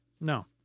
No